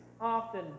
often